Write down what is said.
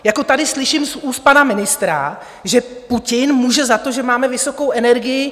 Jako tady slyším z úst pana ministra, že Putin může za to, že máme vysokou energii.